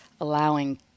allowing